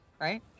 right